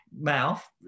mouth